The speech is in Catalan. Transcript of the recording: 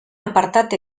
apartat